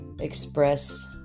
express